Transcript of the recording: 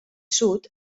sud